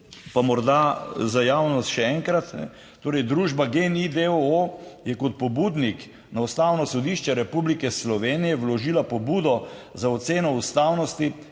pa morda za javnost še enkrat. Torej, družba GEN-I d. o. o. je kot pobudnik na Ustavno sodišče Republike Slovenije vložila pobudo za oceno ustavnosti